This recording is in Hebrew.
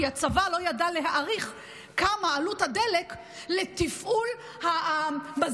כי הצבא לא ידע להעריך כמה עלות הדלק לתפעול המזגנים,